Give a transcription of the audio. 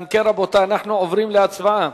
אם כן, רבותי, אנחנו עוברים להצבעה